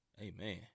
Amen